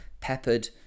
peppered